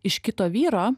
iš kito vyro